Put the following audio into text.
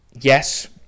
yes